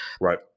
Right